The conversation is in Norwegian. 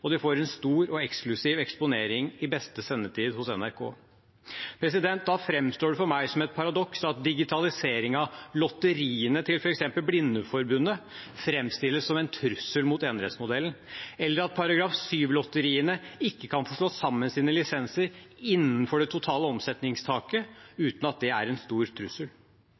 og de får en stor og eksklusiv eksponering i beste sendetid hos NRK. Da framstår det for meg som et paradoks at digitalisering av lotteriene til f.eks. Blindeforbundet framstilles som en trussel mot enerettsmodellen, eller at § 7-lotteriene ikke kan få slå sammen sine lisenser innenfor det totale omsetningstaket, uten at det er en stor trussel.